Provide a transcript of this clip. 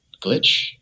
Glitch